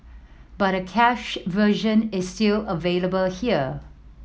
but a cached version is still available here